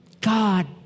god